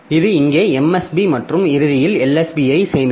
இது இங்கே MSB மற்றும் இறுதியில் LSB ஐ சேமிக்கும்